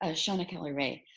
ah so and kelly wray.